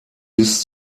bis